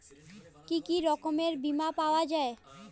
কি কি রকমের বিমা পাওয়া য়ায়?